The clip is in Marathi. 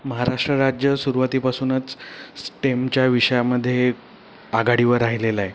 महाराष्ट्र राज्य सुरवातीपासूनच स्टेमच्या विषयामध्ये आघाडीवर राहिलेलं आहे